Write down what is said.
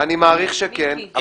אני מעריך שכן.